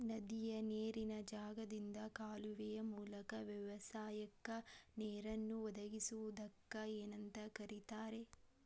ನದಿಯ ನೇರಿನ ಜಾಗದಿಂದ ಕಾಲುವೆಯ ಮೂಲಕ ವ್ಯವಸಾಯಕ್ಕ ನೇರನ್ನು ಒದಗಿಸುವುದಕ್ಕ ಏನಂತ ಕರಿತಾರೇ?